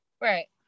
right